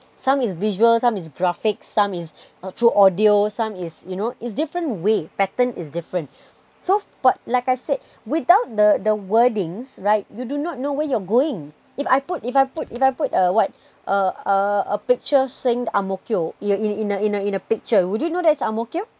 some is visual some is graphic some is through audio some is you know it's different way pattern is different so but like I said without the the wordings right you do not know where you're going if I put if I put if I put a what uh uh a picture saying ang-mo-kio yeah in in a in a in a picture would you know it's ang-mo-kio